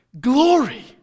glory